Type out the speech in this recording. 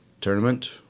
tournament